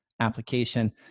application